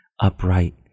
upright